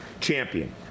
champion